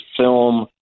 film